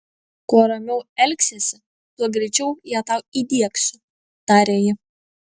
kuo ramiau elgsiesi tuo greičiau ją tau įdiegsiu taria ji